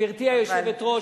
גברתי היושבת-ראש,